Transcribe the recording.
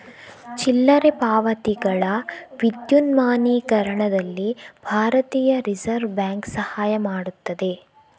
ಚಿಲ್ಲರೆ ಪಾವತಿಗಳ ವಿದ್ಯುನ್ಮಾನೀಕರಣದಲ್ಲಿ ಭಾರತೀಯ ರಿಸರ್ವ್ ಬ್ಯಾಂಕ್ ಸಹಾಯ ಮಾಡುತ್ತದೆ